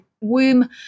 womb